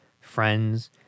friends